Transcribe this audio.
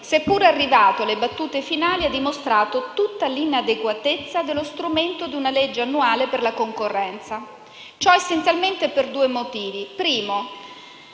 seppure arrivato alle battute finali, ha dimostrato tutta l'inadeguatezza dello strumento di una legge annuale per la concorrenza. Ciò, essenzialmente, per due motivi: il